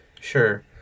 Sure